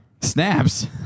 Snaps